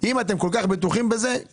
אם אתם כל כך בטוחים בזה, קדימה.